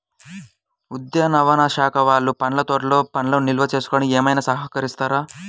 ఉద్యానవన శాఖ వాళ్ళు పండ్ల తోటలు పండ్లను నిల్వ చేసుకోవడానికి ఏమైనా సహకరిస్తారా?